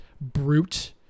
brute-